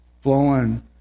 flowing